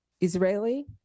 Israeli